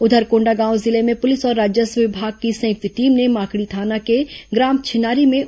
उधर कोंडागांव जिले में पुलिस और राजस्व विभाग की संयुक्त टीम ने माकड़ी थाना के ग्राम छिनारी में धान जब्त किया है